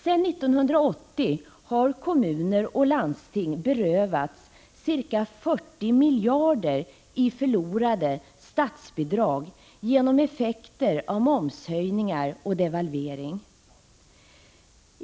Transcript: Sedan 1980 har kommuner och landsting berövats ca 40 miljarder genom förlorade statsbidrag, genom effekter av momshöjningar och devalvering.